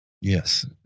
Yes